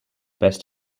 best